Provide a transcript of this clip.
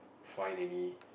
find any